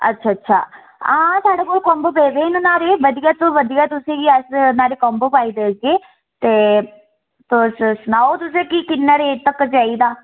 अच्छा अच्छा हां साढ़े कोल कोम्बो पेदे न न्हाड़े बधिया तों बधिया तुसें गी अस न्हाड़े च कोम्बो पाई देगे ते तुस सनाओ तुसे ईं क किन्ने रेंज तक्कर चाहिदा